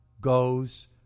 goes